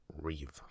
Reeve